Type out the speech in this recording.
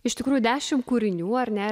iš tikrųjų dešim kūrinių ar ne